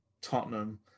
Tottenham